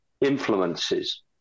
influences